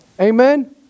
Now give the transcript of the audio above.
Amen